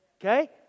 Okay